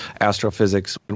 astrophysics